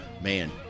man